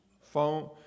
phone